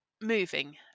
moving